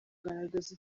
kugaragaza